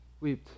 Wept